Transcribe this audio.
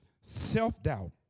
self-doubt